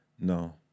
No